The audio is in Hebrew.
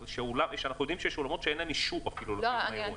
למקרה שלאולמות אין אישור לקיים אירוע.